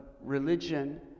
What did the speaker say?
religion